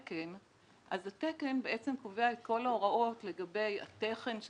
אז התקן בעצם קובע את כל ההוראות לגבי התכן של הפיגומים